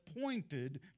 pointed